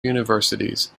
universities